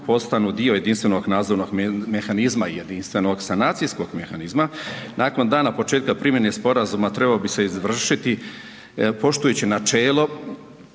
postanu dio Jedinstvenog nadzornog mehanizma i Jedinstvenog sanacijskog mehanizma, nakon dana početka primjene Sporazuma trebao bi se izvršiti poštujući načelo